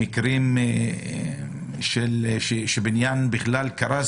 ראינו מקרים שבניין קרס